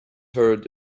heard